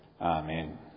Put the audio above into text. Amen